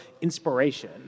inspiration